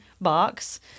box